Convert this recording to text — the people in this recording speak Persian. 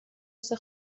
مثل